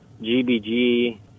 GBG